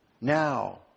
now